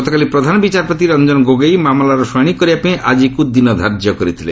ଗତକାଲି ପ୍ରଧାନ ବିଚାରପତି ରଂଜନ ଗୋଗୋଇ ମାମଲାର ଶ୍ରଣାଣି କରିବା ପାଇଁ ଆଜିକ୍ତ ଦିନ ଧାର୍ଯ୍ୟ କରିଥିଲେ